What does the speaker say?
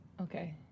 Okay